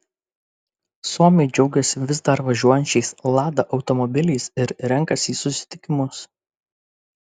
suomiai džiaugiasi vis dar važiuojančiais lada automobiliais ir renkasi į susitikimus